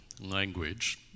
language